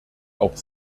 auch